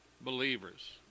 Believers